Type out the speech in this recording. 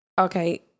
Okay